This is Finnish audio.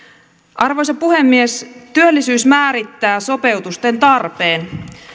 arvoisa puhemies työllisyys määrittää sopeutusten tarpeen